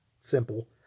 Simple